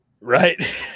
right